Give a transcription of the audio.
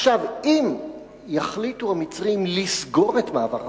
עכשיו, אם יחליטו המצרים לסגור את מעבר רפיח,